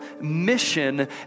mission